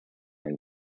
and